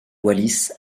wallis